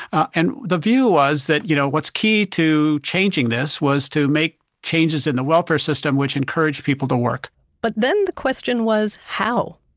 and the view was that you know what's key to changing this was to make changes in the welfare system, which encouraged people to work but then the question was, how?